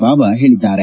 ಬಾಬಾ ಹೇಳಿದ್ದಾರೆ